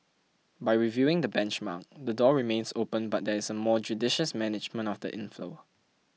by reviewing the benchmark the door remains open but there is a more judicious management of the inflow